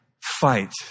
fight